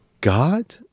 god